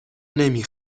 نمی